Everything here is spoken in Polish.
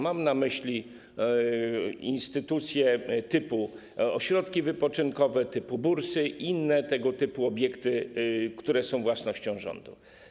Mam na myśli instytucje typu ośrodki wypoczynkowe, typu bursy i inne tego typu obiekty, które są własnością rządu.